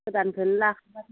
गोदानखौनो लाखाबाथाय